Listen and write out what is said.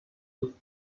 with